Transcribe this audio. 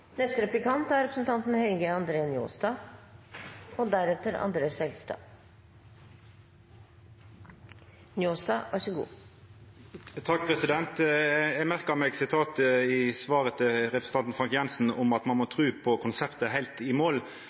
Eg merka meg sitatet i svaret på spørsmålet frå representanten Frank Jenssen om at ein må tru på konseptet heilt i mål.